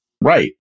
Right